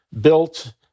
built